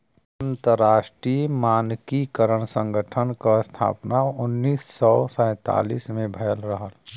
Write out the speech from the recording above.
अंतरराष्ट्रीय मानकीकरण संगठन क स्थापना उन्नीस सौ सैंतालीस में भयल रहल